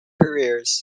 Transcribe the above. careers